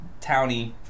townie